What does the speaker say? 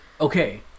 Okay